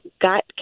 got